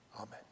Amen